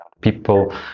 people